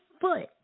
foot